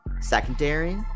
secondary